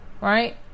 Right